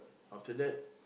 after that